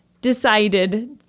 decided